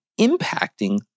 impacting